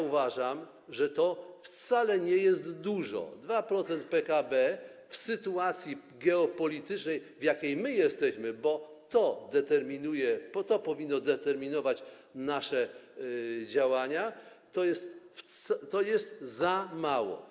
Uważam, że to wcale nie jest dużo - 2% PKB w sytuacji geopolitycznej, w jakiej jesteśmy, bo to powinno determinować nasze działania, to jest za mało.